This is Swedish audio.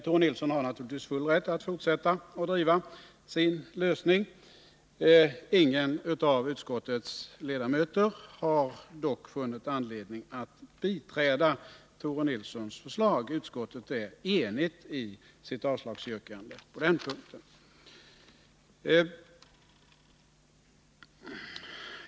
Tore Nilsson har naturligtvis full rätt att fortsätta att driva sitt förslag till lösning. Ingen av utskottets ledamöter har dock funnit anledning att biträda Tore Nilssons förslag. Utskottet är enigt i sitt avslagsyrkande på den punkten.